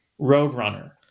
Roadrunner